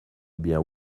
bien